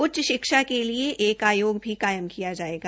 उच्च शिक्षा के लिए एक आयोग भी कायम किया जायेगा